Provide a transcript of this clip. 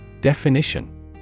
Definition